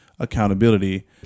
accountability